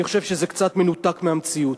אני חושב שזה קצת מנותק מהמציאות.